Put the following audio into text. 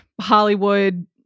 Hollywood